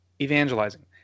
evangelizing